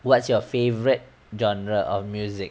what's your favourite genre of music